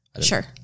Sure